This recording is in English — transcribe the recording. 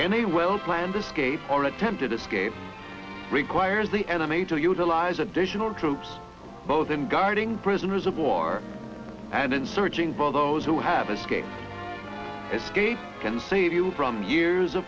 a well planned escape or attempted escape requires the enemy to utilize additional troops both in guarding prisoners of war and in searching for those who have escaped escape can save you from years